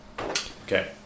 Okay